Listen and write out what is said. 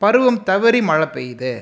பருவம் தவறி மழை பெய்யுது